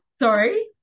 Sorry